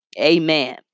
Amen